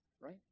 right